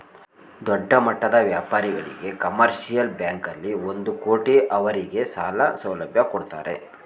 ದೊಡ್ಡಮಟ್ಟದ ವ್ಯಾಪಾರಿಗಳಿಗೆ ಕಮರ್ಷಿಯಲ್ ಬ್ಯಾಂಕಲ್ಲಿ ಒಂದು ಕೋಟಿ ಅವರಿಗೆ ಸಾಲ ಸೌಲಭ್ಯ ಕೊಡ್ತಾರೆ